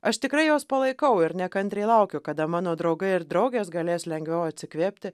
aš tikrai juos palaikau ir nekantriai laukiu kada mano draugai ir draugės galės lengviau atsikvėpti